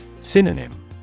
Synonym